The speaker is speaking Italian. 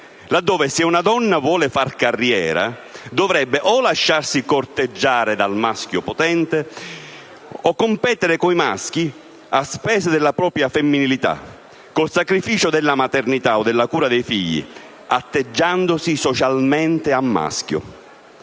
Se una donna vuole far carriera, dovrebbe o lasciarsi corteggiare dal maschio potente o competere con i maschi a spese della propria femminilità, con il sacrificio della maternità o della cura dei figli, atteggiandosi socialmente a maschio.